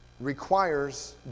requires